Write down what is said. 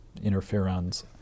Interferons